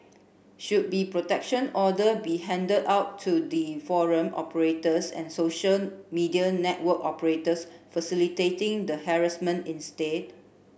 should be protection order be handed out to the forum operators and social media network operators facilitating the harassment instead